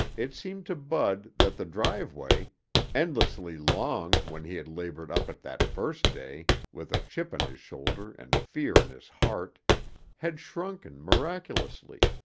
it seemed to bud that the driveway endlessly long when he had labored up it that first day, with a chip on his shoulder and fear in his heart had shrunken miraculously.